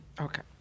Okay